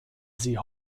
sie